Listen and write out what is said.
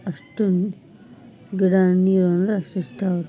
ಅಷ್ಟೊಂದು ಗಿಡ ನೀರು ಅಂದರೆ ಅಷ್ಟಿಷ್ಟ ಅವ್ರಿಗೆ